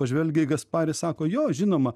pažvelgia į gasparį sako jo žinoma